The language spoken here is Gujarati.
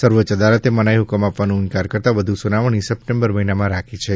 સર્વોચ્ચ અદાલતે મનાઇ હુકમ આપવાનો ઇન્કાર કરતાં વધુ સુનાવણી સપ્ટેમ્બર મહિનામાં રાખી છે